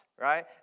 right